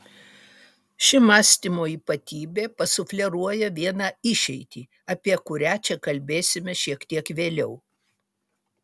ši mąstymo ypatybė pasufleruoja vieną išeitį apie kurią čia kalbėsime šiek tiek vėliau